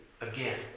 again